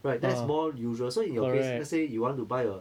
right that's more usual 所以 in your case let's say you want to buy a